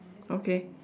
okay